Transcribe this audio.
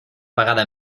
vegada